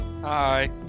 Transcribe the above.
Hi